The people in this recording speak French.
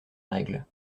règle